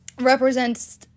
represents